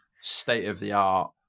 state-of-the-art